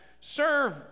serve